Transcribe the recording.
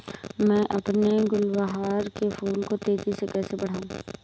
मैं अपने गुलवहार के फूल को तेजी से कैसे बढाऊं?